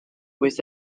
with